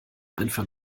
einfach